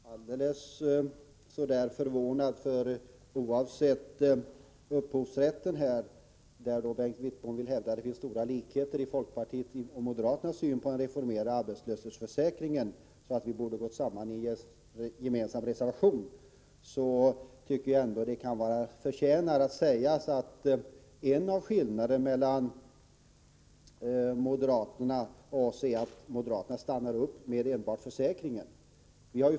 Herr talman! Jag tycker inte att Bengt Wittbom skall vara så väldigt förvånad. Han vill ju hävda att det föreligger så stora likheter mellan folkpartisternas och moderaternas syn på frågan om en reformering av arbetslöshetsförsäkringen, att vi borde ha gått samman i en gemensam reservation. Men oavsett upphovsrätten här tycker jag att det ändå förtjänar sägas, att en av skillnaderna i uppfattning mellan moderaterna och oss folkpartister är att moderaterna stannar vid enbart försäkringen.